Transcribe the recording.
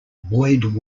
boyd